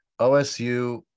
OSU